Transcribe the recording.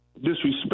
Disrespect